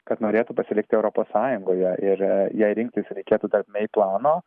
kad norėtų pasilikti europos sąjungoje ir jei rinktis reikėtų tarp mei plano